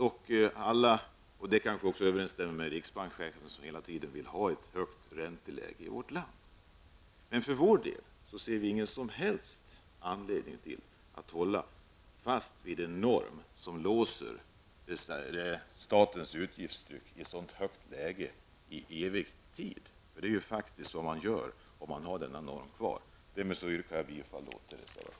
Utskottets förslag kanske överensstämmer med vad riksbankschefen anser, eftersom denne hela tiden vill ha ett högt ränteläge i vårt land. För vår del ser vi ingen som helst anledning att ha en norm som ständigt håller statens utgiftstryck låst i ett så högt läge. Detta blir ju följden om normen får finnas kvar. Härmed ber jag att få yrka bifall till reservation 4.